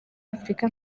afurika